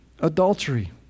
adultery